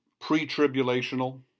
pre-tribulational